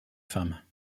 femmes